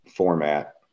format